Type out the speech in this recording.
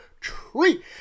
tree